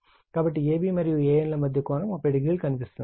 కాబట్టి ab మరియు an ల మధ్య కోణం 30o గా కనిపిస్తుంది